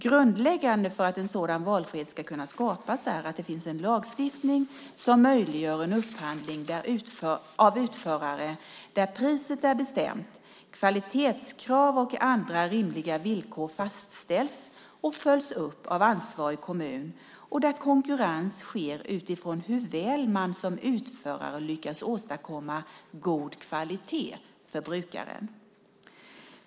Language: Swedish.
Grundläggande för att en sådan valfrihet ska kunna skapas är att det finns en lagstiftning som möjliggör en upphandling av utförare där priset är bestämt, kvalitetskrav och andra rimliga villkor fastställs och följs upp av ansvarig kommun och där konkurrens sker utifrån hur väl man som utförare lyckas åstadkomma god kvalitet för brukaren.